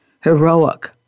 heroic